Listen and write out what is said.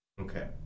Okay